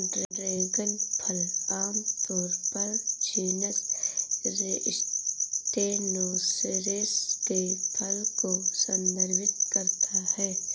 dragon फल आमतौर पर जीनस स्टेनोसेरेस के फल को संदर्भित करता है